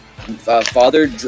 Father